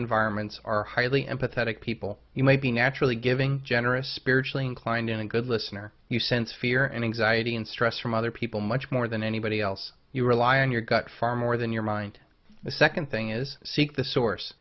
environments are highly empathetic people you may be naturally giving generous spiritually inclined in a good listener you sense fear and anxiety and stress from other people much more than anybody else you rely on your gut far more than your mind the second thing is seek the source